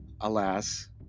alas